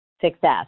success